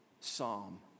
psalm